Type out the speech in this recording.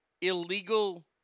illegal